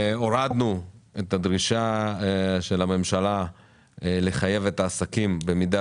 הורדנו את הדרישה של הממשלה לחייב את העסקים - במידה